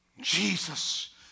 Jesus